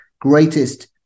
greatest